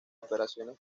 operaciones